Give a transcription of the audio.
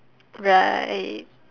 right